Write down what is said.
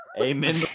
Amen